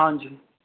हांजी